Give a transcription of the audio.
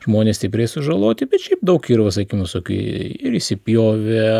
žmonės stipriai sužaloti bet šiaip daug yra va sakykim ir įsipjovė